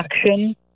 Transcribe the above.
action